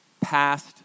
past